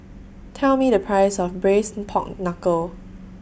Tell Me The Price of Braised Pork Knuckle